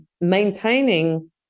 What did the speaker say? maintaining